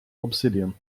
obsidian